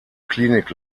klinik